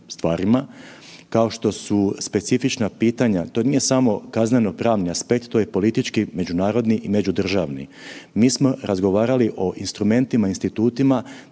stvarima kao što su specifična pitanja, to nije samo kaznenopravni aspekt, to je politički, međunarodni i međudržavni. Mi smo razgovarali o instrumentima institutima